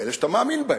באלה שאתה מאמין בהן,